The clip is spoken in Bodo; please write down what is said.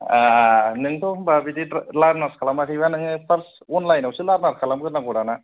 नोंथ' होनबा बिदि लारनार्स खालामाखैब्ला नोङो फार्स अनलायनआवसो लारनार खालामग्रोनांगौ दाना